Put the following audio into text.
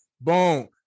Boom